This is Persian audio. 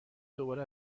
دوباره